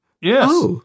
yes